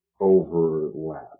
overlap